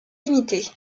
limitées